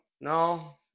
No